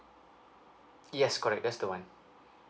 yes correct that's the one